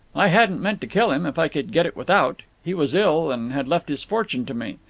i hadn't meant to kill him, if i could get it without. he was ill, and had left his fortune to me.